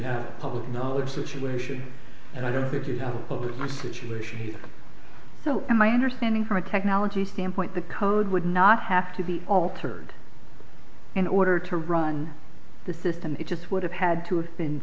have a public knowledge situation and i don't think you have a publicist situation so in my understanding from a technology standpoint the code would not have to be altered in order to run the system it just would have had to of been